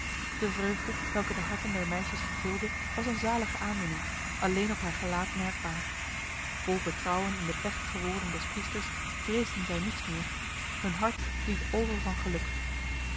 de vreugde welke de harten der meisjes vervulde was een zalige aandoening alleen op haar gelaat merkbaar vol betrouwen in de plechtige woorden des priesters vreesden zij niets meer hun hart liep over van geluk